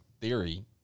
theory